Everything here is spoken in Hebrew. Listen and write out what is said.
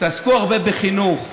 תעסקו הרבה בחינוך.